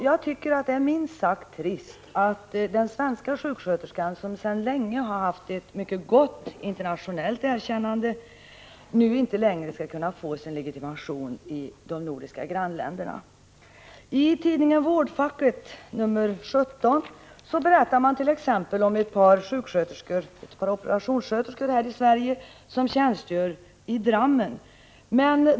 Jag tycker att det är minst sagt trist att den svenska sjuksköterskan, som sedan länge haft ett mycket gott internationellt erkännande, nu inte längre skall kunna få sin legitimation i de nordiska grannländerna. I tidningen Vårdfacket nr 17 berättar man t.ex. om ett par operationssköterskor från Sverige som tjänstgör i Drammen.